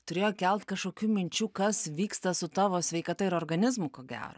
turėjo kelt kažkokių minčių kas vyksta su tavo sveikata ir organizmu ko gero